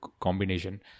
combination